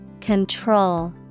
Control